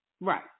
Right